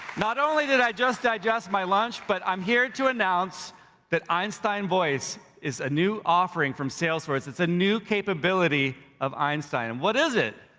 not only did i just digest my lunch but i'm here to announce that einstein voice is a new offering from salesforce. it's a new capability of einstein, and what is it,